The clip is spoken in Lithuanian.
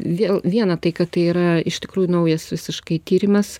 vėl viena tai kad tai yra iš tikrųjų naujas visiškai tyrimas